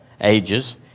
ages